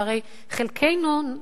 שהרי חלקנו,